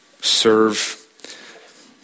serve